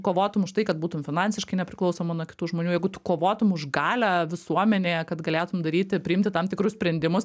kovotum už tai kad būtum finansiškai nepriklausoma nuo kitų žmonių jeigu tu kovotum už galią visuomenėje kad galėtum daryti priimti tam tikrus sprendimus